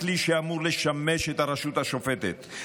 הכלי שאמור לשמש את הרשות השופטת,